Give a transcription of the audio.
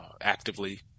actively